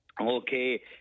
Okay